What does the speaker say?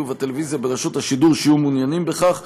ובטלוויזיה ברשות השידור שיהיו מעוניינים בכך,